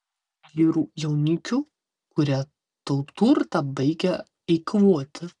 vyrų jaunikių kurie tau turtą baigia eikvoti